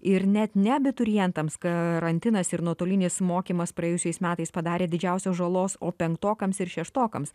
ir net ne abiturientams karantinas ir nuotolinis mokymas praėjusiais metais padarė didžiausios žalos o penktokams ir šeštokams